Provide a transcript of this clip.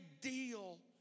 deal